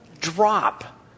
drop